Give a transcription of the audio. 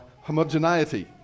homogeneity